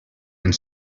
and